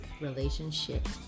Relationship